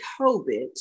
COVID